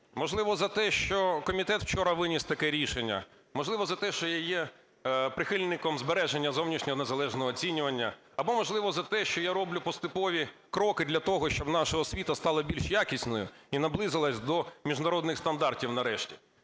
Можливо, за те, що комітет вчора виніс таке рішення, можливо, за те, що я є прихильником збереження зовнішнього незалежного оцінювання або, можливо, за те, що я роблю поступові кроки для того, щоб наша освіта стала більш якісною і наблизилася на міжнародних стандартів нарешті.